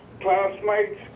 classmates